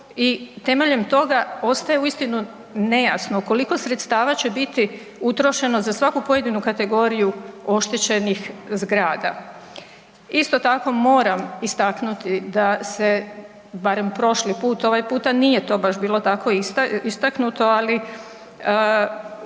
temeljem toga ostaje uistinu nejasno koliko sredstava će biti utrošeno za svaku pojedinu kategoriju oštećenih zgrada. Isto tako moram istaknuti da se barem prošli put, ovaj puta to baš nije bilo tako istaknuto, ali